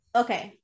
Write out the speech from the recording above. okay